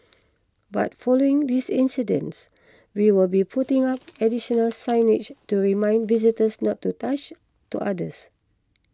but following this incidents we will be putting up additional signage to remind visitors not to touch to otters